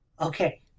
Okay